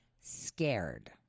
scared